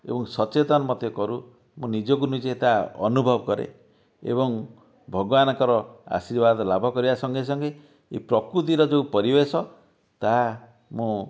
ଏବଂ ସଚେତନ ମୋତେ କରୁ ମୁଁ ନିଜକୁ ନିଜେ ତାହା ଅନୁଭବ କରେ ଏବଂ ଭଗବାନଙ୍କର ଆଶୀର୍ବାଦ ଲାଭ କରିବା ସଙ୍ଗେ ସଙ୍ଗେ ଏହି ପ୍ରକୃତିର ଯେଉଁ ପରିବେଶ ତାହା ମୁଁ